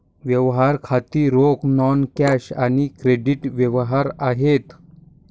व्यवहार खाती रोख, नॉन कॅश आणि क्रेडिट व्यवहार आहेत